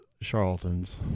charlatans